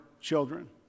children